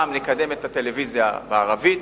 באחד נקדם את הטלוויזיה בערבית,